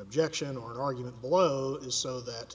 objection or an argument below is so that